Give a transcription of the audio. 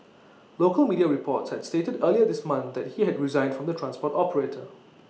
local media reports had stated earlier this month that he had resigned from the transport operator